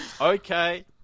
okay